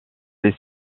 les